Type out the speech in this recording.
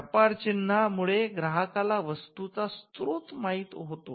व्यापार चिन्हा मुळे ग्राहकाला वस्तूचा स्त्रोत माहीत असतो